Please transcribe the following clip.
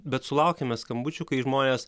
bet sulaukiame skambučių kai žmonės